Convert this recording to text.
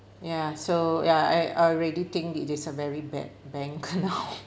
ya so ya I already think it is a very bad bank now